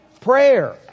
prayer